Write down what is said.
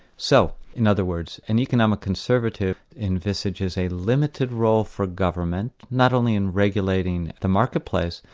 so in other words, an economic conservative envisages a limited role for government, not only in regulating the marketplace,